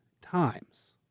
times